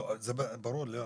לא, זה ברור לי.